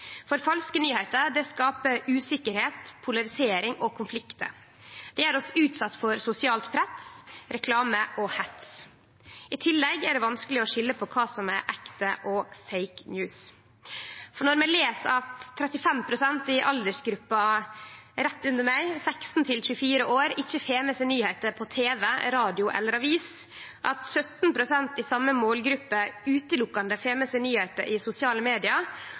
Falske nyhende skaper usikkerheit, polarisering og konflikt. Det gjer oss utsette for sosialt press, reklame og hets. I tillegg er det vanskeleg å skilje mellom kva som er ekte og «fake news». Når vi les at 35 pst. i aldersgruppa rett under meg – 16–24 år – ikkje får med seg nyhende på TV, radio eller avis, at 17 pst. i same målgruppe berre får med seg nyhende i sosiale media,